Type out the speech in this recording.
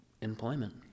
employment